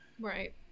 Right